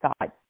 God